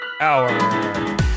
Hour